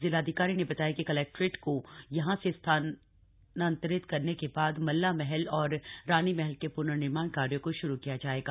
जिलाधिकारी ने बताया कि कलैक्ट्रैट को यहां से स्थानान्तरित करने के बाद मल्ला महल और रानीमहल के प्नर्निर्माण कार्यो को शुरू किया जायेगा